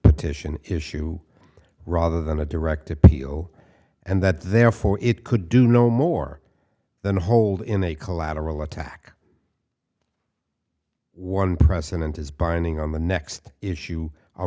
petition issue rather than a direct appeal and that therefore it could do no more than hold in a collateral attack one precedent is binding on the next issue